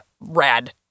rad